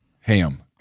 Ham